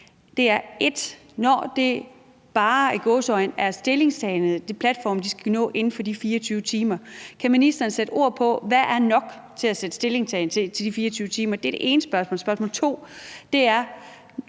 1: Når det bare – i gåseøjne – er en stillingtagen til platformen, de skal nå inden for de 24 timer, kan ministeren så sætte ord på, hvad der er nok til at sætte denne stillingtagen til de 24 timer? Det er det ene spørgsmål. Spørgsmål 2: Hvis